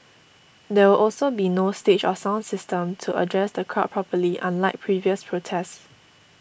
there will also be no stage or sound system to address the crowd properly unlike previous protests